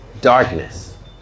darkness